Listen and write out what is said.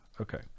Okay